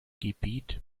gebiet